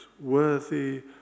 worthy